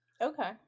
Okay